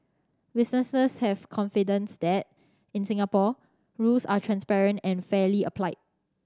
businesses have confidence that in Singapore rules are transparent and fairly applied